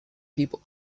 people